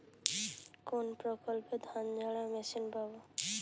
কোনপ্রকল্পে ধানঝাড়া মেশিন পাব?